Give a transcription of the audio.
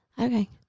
Okay